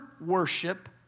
worship